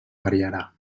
variarà